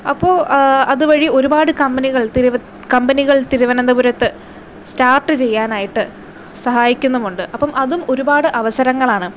അപ്പോൾ അതുവഴി ഒരുപാട് കമ്പനികൾ തിരു കമ്പനികൾ തിരുവനന്തപുരത്ത് സ്റ്റാർട്ട് ചെയ്യാനായിട്ട് സഹായിക്കുന്നുമുണ്ട് അപ്പം അതും ഒരുപാട് അവസരങ്ങളാണ്